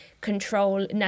control